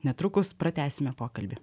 netrukus pratęsime pokalbį